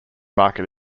market